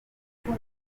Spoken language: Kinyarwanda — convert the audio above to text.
bamwe